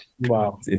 wow